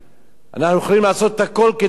אנחנו יכולים לעשות הכול כדי לשנות,